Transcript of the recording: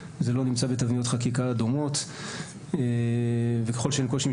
זה לא נמצא בתבניות חקיקה דומות וככל שאין קושי משפטי